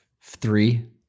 three